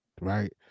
right